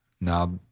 Now